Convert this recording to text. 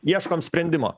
ieškom sprendimo